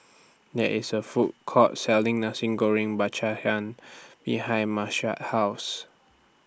There IS A Food Court Selling Nasi Goreng Belacan behind Marsh's House